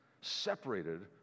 separated